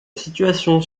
situation